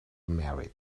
married